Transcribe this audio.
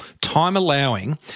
time-allowing